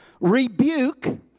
Rebuke